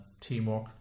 teamwork